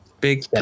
big